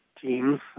teams